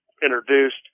introduced